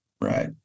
right